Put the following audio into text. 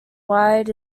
wired